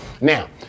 now